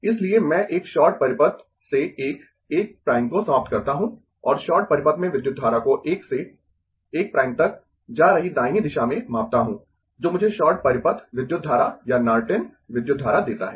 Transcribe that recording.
इसलिए मैं एक शॉर्ट परिपथ से 1 1 प्राइम को समाप्त करता हूं और शॉर्ट परिपथ में विद्युत धारा को 1 से 1 प्राइम तक जा रही दाहिनी दिशा में मापता हूं जो मुझे शॉर्ट परिपथ विद्युत धारा या नॉर्टन विद्युत धारा देता है